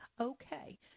Okay